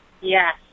Yes